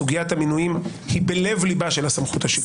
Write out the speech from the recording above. סוגיית המינויים היא בלב ליבה של הסמכות השלטונית.